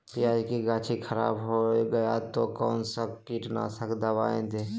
प्याज की गाछी खराब हो गया तो कौन सा कीटनाशक दवाएं दे?